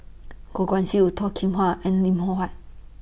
Goh Guan Siew Toh Kim Hwa and Lim Loh Huat